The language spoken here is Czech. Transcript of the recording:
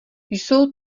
jsou